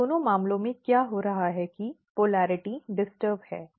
तो दोनों मामलों में क्या हो रहा है कि ध्रुवीयता डिस्टर्ब है